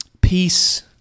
Peace